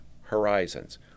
horizons